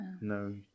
No